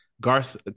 Garth